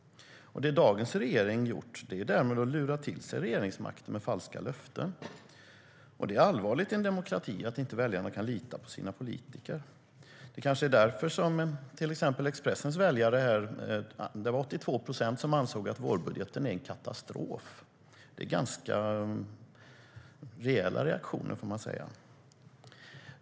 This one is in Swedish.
Det den nuvarande regeringen gjort är därmed att lura till sig regeringsmakten med falska löften. Det är allvarligt i en demokrati att väljarna inte kan lita på sina politiker. Det är kanske därför som det till exempel står i Expressen att 82 procent av väljarna ansåg att vårbudgeten är en katastrof. Det är ganska rejäla reaktioner.